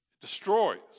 destroys